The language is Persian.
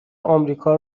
آمریکا